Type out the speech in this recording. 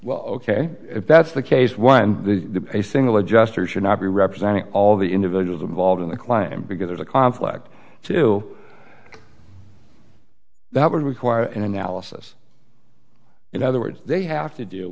well ok if that's the case one a single adjuster should not be representing all the individuals involved in the claim because there's a conflict to that would require an analysis in other words they have to do